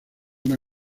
una